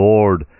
Lord